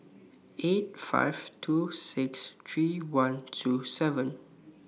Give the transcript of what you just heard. eight five two six three one two seven